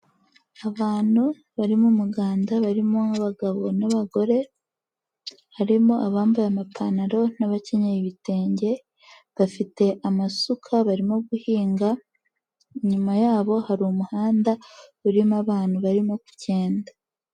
Abantu bari mu muganda barimo abagabo n'abagore, harimo abambaye amapantaro, n'abakenyeye ibitenge, bafite amasuka barimo guhinga, inyuma yabo hari umuhanda urimo abantu barimo kugenda.